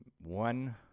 one